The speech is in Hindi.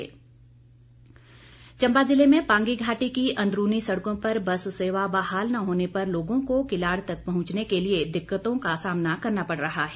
बस सेवा चंबा जिले में पांगी घाटी की अंदरूनी सड़कों पर बस सेवा बहाल न होने पर लोगों को किलाड़ तक पहुंचने के लिए दिक्कतों का सामना करना पड़ रहा है